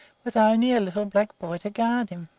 with only a little black boy to guard him!